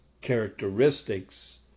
characteristics